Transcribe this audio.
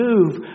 move